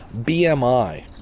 BMI